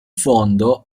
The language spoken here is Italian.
fondo